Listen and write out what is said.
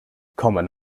common